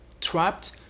Trapped